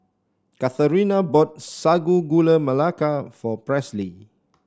Katharina bought Sago Gula Melaka for Presley